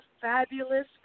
fabulous